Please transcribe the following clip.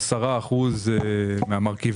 את שיעור המס מהמחיר